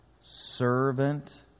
servant